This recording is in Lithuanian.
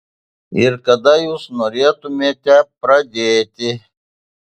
ir kada jūs norėtumėte pradėti